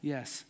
Yes